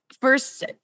first